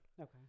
Okay